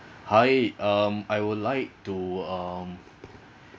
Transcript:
hi um I would like to um